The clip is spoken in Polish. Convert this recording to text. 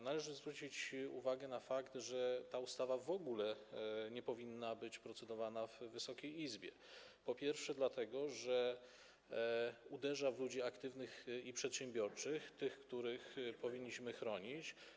Należy zwrócić uwagę na fakt, że nad tą ustawą w ogóle nie powinno się procedować w Wysokiej Izbie, po pierwsze dlatego, że uderza ona w ludzi aktywnych i przedsiębiorczych, tych, których powinniśmy chronić.